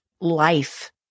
life